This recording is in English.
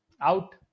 out